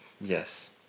Yes